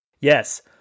Yes